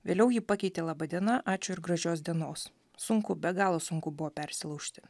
vėliau jį pakeitė laba diena ačiū ir gražios dienos sunku be galo sunku buvo persilaužti